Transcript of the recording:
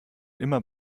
immer